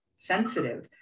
sensitive